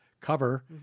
cover